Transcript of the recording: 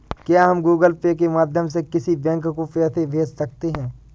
क्या हम Google Pay के माध्यम से किसी बैंक को पैसे भेज सकते हैं?